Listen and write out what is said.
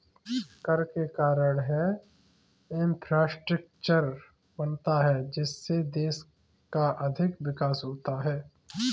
कर के कारण है इंफ्रास्ट्रक्चर बनता है जिससे देश का आर्थिक विकास होता है